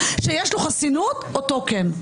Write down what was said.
שיש לו חסינות אותו כן.